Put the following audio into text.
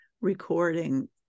recording